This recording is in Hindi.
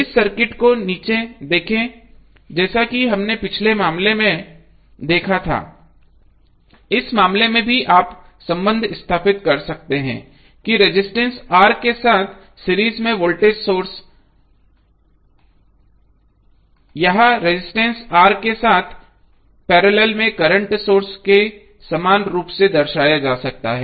इस सर्किट को नीचे देखें जैसा कि हमने पिछले मामले में देखा था इस मामले में भी आप संबंध स्थापित कर सकते हैं कि रजिस्टेंस R के साथ सीरीज में वोल्टेज सोर्स यह रजिस्टेंस R के साथ पैरेलल में करंट सोर्स के समान रूप से दर्शाया जा सकता है